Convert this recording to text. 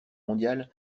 mondiale